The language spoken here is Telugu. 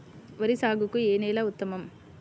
వరి సాగుకు ఏ నేల ఉత్తమం?